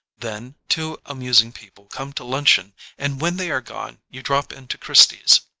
then two amusing people come to luncheon and when they are gone you drop into christie's.